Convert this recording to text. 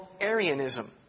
Arianism